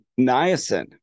niacin